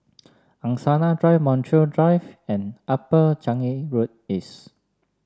Angsana Drive Montreal Drive and Upper Changi Road East